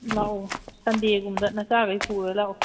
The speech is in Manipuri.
ꯂꯥꯛꯑꯣ ꯁꯟꯗꯦꯒꯨꯝꯕꯗ ꯅꯆꯥꯒꯩ ꯄꯨꯔ ꯂꯥꯛꯑꯣ